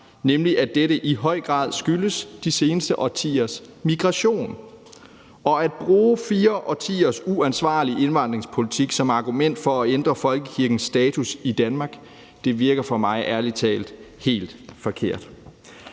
nemlig at dette i høj grad skyldes de seneste årtiers migration. At bruge 4 årtiers uansvarlige indvandringspolitik som argument for at ændre folkekirkens status i Danmark virker for mig ærlig talt helt forkert.